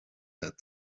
said